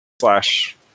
slash